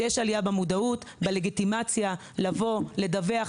שיש עלייה במודעות ובלגיטימציה לבוא ולדווח.